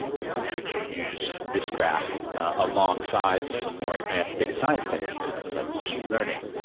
you know could you use this graph alongside some more advanced data science techniques, things like machine learning,